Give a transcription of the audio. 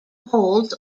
holds